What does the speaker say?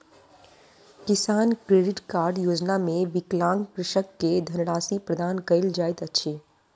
किसान credit card योजना मे विकलांग कृषक के धनराशि प्रदान कयल जाइत अछि